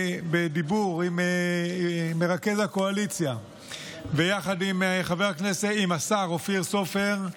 בדיבור עם מרכז הקואליציה ויחד עם השר אופיר סופר,